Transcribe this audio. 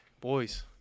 Boys